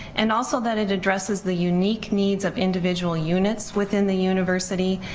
and also that it addresses the unique needs of individual units within the university